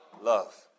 love